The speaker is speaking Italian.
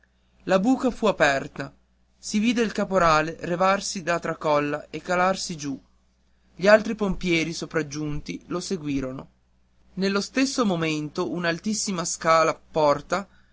la buca fu aperta si vide il caporale levarsi la tracolla e calarsi giù gli altri pompieri sopraggiunti lo seguirono nello stesso momento un'altissima scala porta